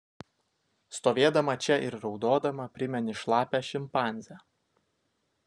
stovėdama čia ir raudodama primeni šlapią šimpanzę